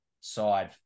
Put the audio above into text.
side